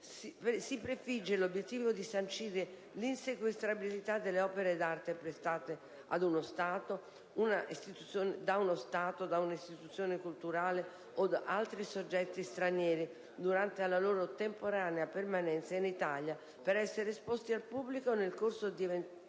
si prefigge l'obiettivo di sancire l'insequestrabilità delle opere d'arte prestate da uno Stato, una istituzione culturale o da altri soggetti stranieri, durante la loro temporanea permanenza in Italia, perché siano esposti al pubblico nel corso di eventi